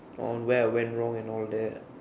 on where I went wrong and all that